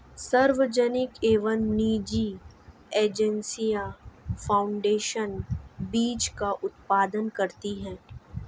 सार्वजनिक एवं निजी एजेंसियां फाउंडेशन बीज का उत्पादन करती है